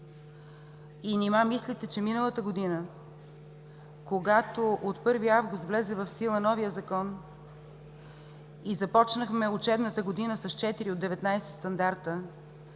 Нима мислите, че миналата година, когато от 1 август влезе в сила новият Закон и започнахме учебната година с четири от 19 стандарта,